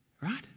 Right